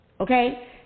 Okay